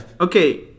Okay